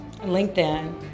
LinkedIn